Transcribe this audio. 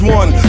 one